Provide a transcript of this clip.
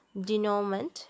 denouement